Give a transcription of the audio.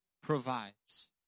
provides